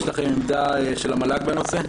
יש עמדה של המל"ג בנושא?